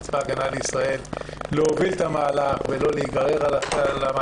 לצבא ההגנה לישראל להוביל את המהלך ולא להיגרר אליו,